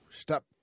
Stop